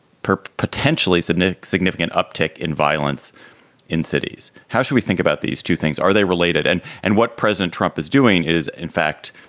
potentially sudden ah significant uptick in violence in cities. how should we think about these two things? are they related? and and what president trump is doing is, in fact,